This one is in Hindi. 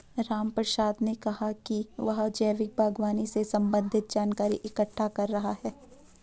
रामप्रसाद ने कहा कि वह जैविक बागवानी से संबंधित जानकारी इकट्ठा कर रहा है